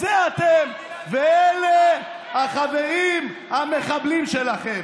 זה אתם ואלה החברים המחבלים שלכם.